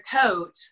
coat